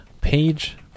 page